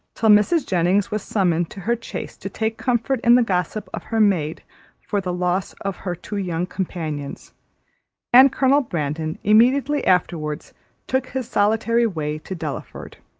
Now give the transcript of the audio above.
till mrs. jennings was summoned to her chaise to take comfort in the gossip of her maid for the loss of her two young companions and colonel brandon immediately afterwards took his solitary way to delaford.